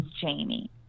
Jamie